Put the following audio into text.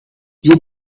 you